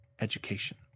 education